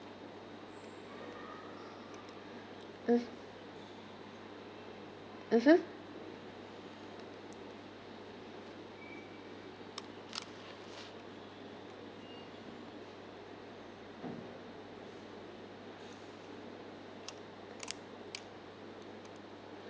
mm mmhmm